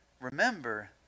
remember